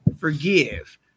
forgive